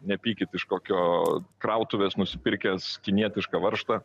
nepykit iš kokio krautuvės nusipirkęs kinietišką varžtą